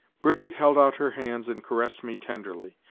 brigitte held out her hands and caressed me tenderly.